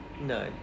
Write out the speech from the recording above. no